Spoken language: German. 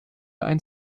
ein